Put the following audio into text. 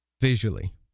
visually